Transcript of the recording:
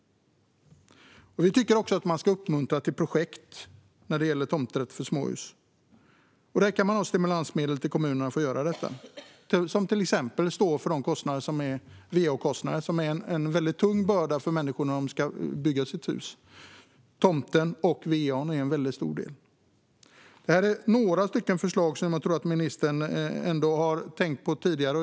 Vi tycker även att man ska uppmuntra till projekt när det gäller tomträtt för småhus. För det kan man ha stimulansmedel till kommunerna, till exempel stå för de va-kostnader som är en tung börda för människor som ska bygga sitt hus. Tomt och va är stora delar. Det är några förslag som jag tror att ministern ändå har tänkt på tidigare.